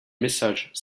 messages